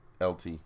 LT